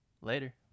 Later